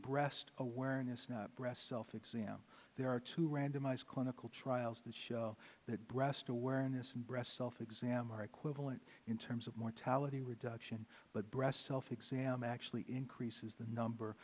breast awareness not breast self exams there are two randomized clinical trials that show that breast awareness and breast self exams are equivalent in terms of mortality reduction but breast self exams actually increases the number